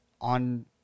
on